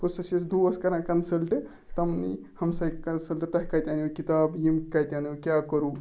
یہِ اوس اَسہِ دوس کَران کَنسَلٹہٕ تَمنٕے ہمساے کَنسَلٹہٕ تۄہہِ کَتہِ اَنوٕ کِتابہٕ یِم کَتہِ اَنوٕ کیٛاہ کوٚروٕ